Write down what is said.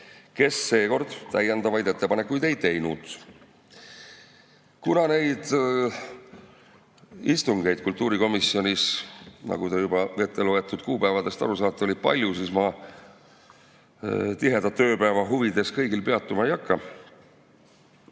kes seekord täiendavaid ettepanekuid ei teinud. Kuna neid istungeid kultuurikomisjonis, nagu te juba etteloetud kuupäevadest aru saite, oli palju, siis ma tiheda tööpäeva huvides kõigil peatuma ei hakka.